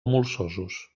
molsosos